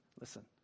listen